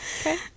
okay